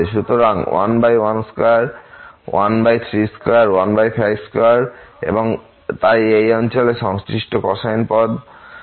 সুতরাং 112132152 এবং তাই এই অঞ্চলে সংশ্লিষ্ট কোসাইন পদগুলির সাথে 0 থেকে 2π